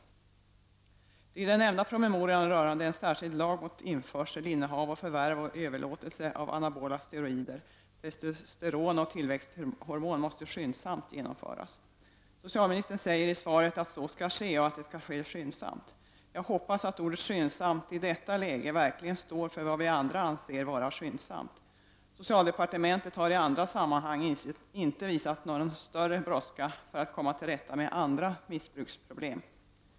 Förslagen i den nämnda promemorian rörande en särskild lag mot införsel, innehav, förvärv och överlåtelse av anabola steroider, testosteron och tillväxthormon måste skyndsamt genomföras. Socialministern säger i svaret att så skall ske och att det skall ske skyndsamt. Jag hoppas att ordet ”skyndsamt” i detta läge verkligen står för vad vi andra anser vara skyndsamt. Socialdepartementet har i andra sammanhang inte visat någon större brådska när det gäller att komma till rätta med andra missbruksproblem.